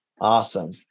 awesome